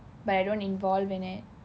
but I don't involve in it